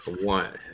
One